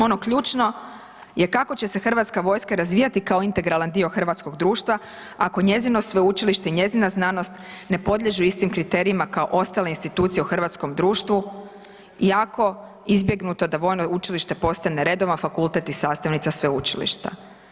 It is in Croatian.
Ono ključno je kako će se Hrvatska vojska razvijati kao integralan dio hrvatskog društva ako njezino sveučilište i njezina znanost ne podliježu istim kriterijima kao ostale institucije u hrvatskom društvu i ako izbjegnuto da vojno učilište postane redovan fakultet i sastavnica sveučilišta.